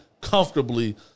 comfortably